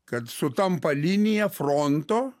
kad sutampa linija fronto